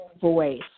voice